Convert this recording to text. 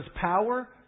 power